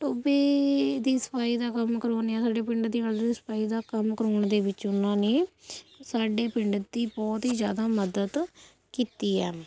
ਟੋਬੇ ਦੀ ਸਫ਼ਾਈ ਦਾ ਕੰਮ ਕਰਵਾਉਂਦੇ ਆ ਸਾਡੇ ਪਿੰਡ ਦੇ ਵਾਟਰ ਸਪਲਾਈ ਦਾ ਕੰਮ ਕਰਵਾਉਣ ਦੇ ਵਿੱਚ ਓਹਨਾਂ ਨੇ ਸਾਡੇ ਪਿੰਡ ਦੀ ਬਹੁਤ ਹੀ ਜ਼ਿਆਦਾ ਮਦਦ ਕੀਤੀ ਹੈ